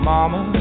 Mama